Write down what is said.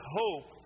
hope